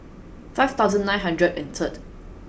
five thousand nine hundred and third